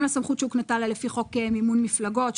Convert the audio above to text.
לסמכות שהוקנתה לה לפי חוק מימון מפלגות.